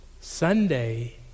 Sunday